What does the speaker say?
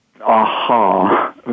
aha